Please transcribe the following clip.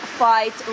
fight